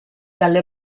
dalle